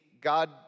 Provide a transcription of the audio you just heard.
God